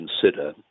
consider